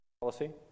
policy